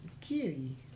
Kitty